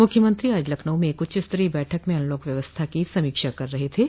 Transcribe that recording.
मुख्यमंत्री आज लखनऊ में एक उच्चस्तरीय बैठक में अनलॉक व्यवस्था की समीक्षा कर रहे थे